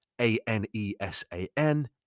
A-N-E-S-A-N